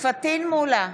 פטין מולא,